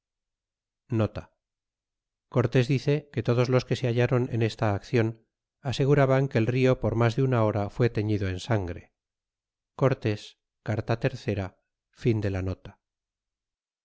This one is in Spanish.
dice que todos los que se balliron en esta accion aseguraban que el rio por mas de una hora fue terddo en sangre cortés carta iii